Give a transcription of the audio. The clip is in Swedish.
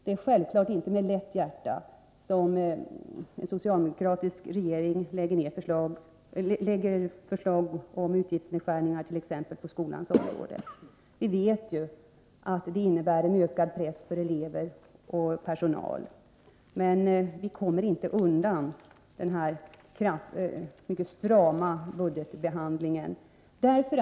Det är självfalllet inte med lätt hjärta som en socialdemokratisk regering lägger fram förslag om utgiftsnedskärningar, t.ex. på skolans område. Vi vet att det innebär en ökad press på elever och personal. Men vi kommer inte undan den mycket strama budgetbehandlingen.